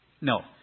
No